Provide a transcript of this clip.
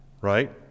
right